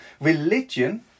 religion